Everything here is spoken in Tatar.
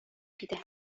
китә